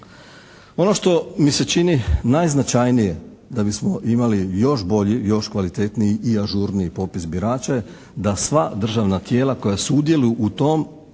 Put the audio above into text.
Ono što mi se čini najznačajnije da bismo imali još bolji, još kvalitetniji i ažurniji popis birača je da sva državna tijela koja sudjeluju u tom